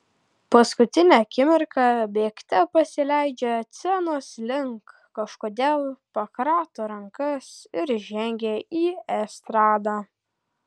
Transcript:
paskutinę akimirką bėgte pasileidžia scenos link kažkodėl pakrato rankas ir žengia į estradą